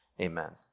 amen